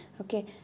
Okay